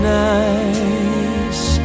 nice